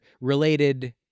related